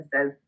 says